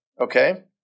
okay